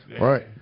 Right